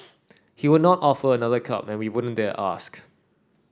he would not offer another cup and we wouldn't dare ask